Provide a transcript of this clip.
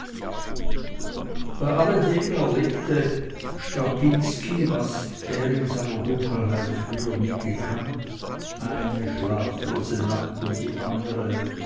bei alldem erlebte strapinski was er in seiner dunkelheit früher nie gekannt eine schlaflose nacht um die andere